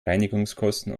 reinigungskosten